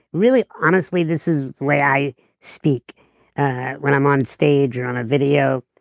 really honestly this is the way i speak when i'm on stage or on a video.